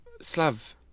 Slav